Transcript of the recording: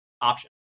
option